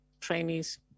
trainees